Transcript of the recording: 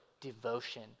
devotion